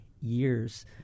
years